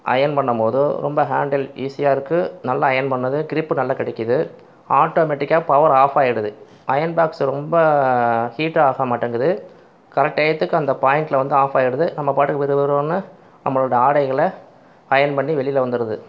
iron பண்ணும் போது ரொம்ப ஹேண்டல் ஈஸியாயிருக்கு நல்லா அயர்ன் பண்ணுது கிரிப் நல்லா கிடைக்கிது ஆட்டோமேட்டிக்காக பவர் ஆஃப் ஆகிடுது அயர்ன் பாக்ஸ் ரொம்ப ஹீட் ஆக மாட்டீங்கிது கரெக்ட் டயத்துக்கு அந்த பாய்ண்டில் வந்து ஆஃப் ஆகிடுது நம்ம பாட்டுக்கு விறுவிறுன்னு நம்மளோட ஆடைகளை அயர்ன் பண்ணி வெளியில் வந்துவிடுது